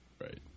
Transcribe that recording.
Right